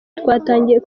twatangiye